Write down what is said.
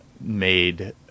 made